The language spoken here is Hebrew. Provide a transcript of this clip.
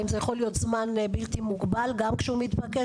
אם זה יכול להיות זמן בלתי מוגבל גם כשהוא מתבקש,